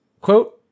quote